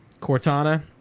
cortana